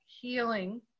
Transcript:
healing